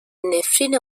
نفرین